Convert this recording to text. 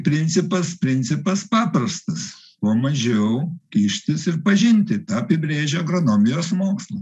principas principas paprastas kuo mažiau kištis ir pažinti tą apibrėžia agronomijos mokslas